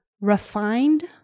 refined